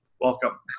welcome